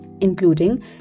including